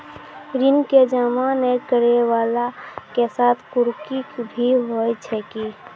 ऋण के जमा नै करैय वाला के साथ कुर्की भी होय छै कि?